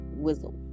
Whizzle